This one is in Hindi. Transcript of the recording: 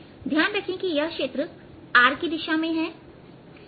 ध्यान रखें कि यह क्षेत्र r की दिशा में है